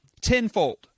tenfold